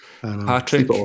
Patrick